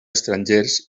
estrangers